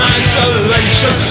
isolation